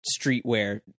streetwear